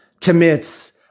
commits